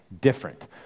different